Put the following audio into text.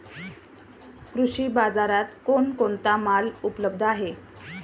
कृषी बाजारात कोण कोणता माल उपलब्ध आहे?